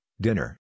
dinner